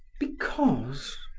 because!